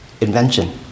Invention